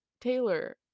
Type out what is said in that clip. Taylor